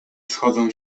schodzą